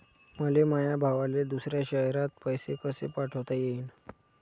मले माया भावाले दुसऱ्या शयरात पैसे कसे पाठवता येईन?